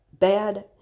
bad